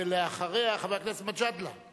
ואחריה, חבר הכנסת מג'אדלה.